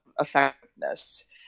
effectiveness